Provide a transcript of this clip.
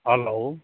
hello